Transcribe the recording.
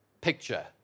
picture